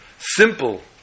simple